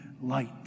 light